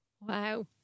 Wow